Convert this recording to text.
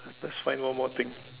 let's find one more thing